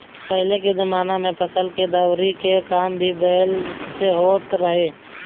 पहिले के जमाना में फसल के दवरी के काम भी बैल से होत रहे